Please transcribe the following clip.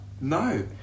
No